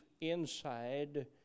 inside